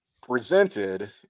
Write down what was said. presented